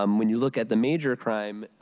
um when you look at the major crime,